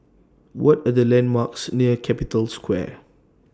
What Are The landmarks near Capital Square